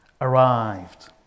arrived